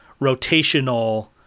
rotational